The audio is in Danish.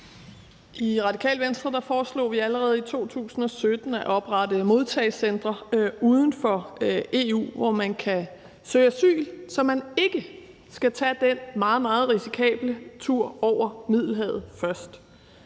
I Radikale Venstre foreslog vi allerede i 2017 at oprette modtagecentre uden for EU, hvor man kan søge asyl, så man ikke først skal tage den meget, meget risikable tur over Middelhavet,